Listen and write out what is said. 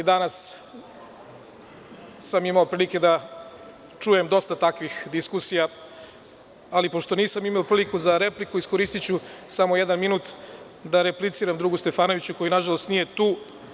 I danas sam imao prilike da čujem dosta takvih diskusija, ali pošto nisam imao priliku za repliku, iskoristiću samo jedan minut da repliciram drugu Stefanoviću, koji nažalost nije tu.